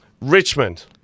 Richmond